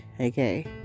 Okay